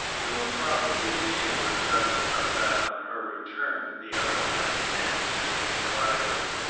you will probably be able to judge of that on her return, the elder man answered, dryly.